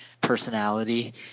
personality